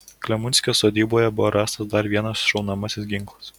klemunskio sodyboje buvo rastas dar vienas šaunamasis ginklas